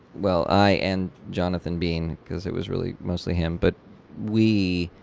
well i and jonathan bean, because it was really mostly him, but we,